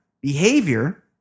behavior